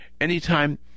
anytime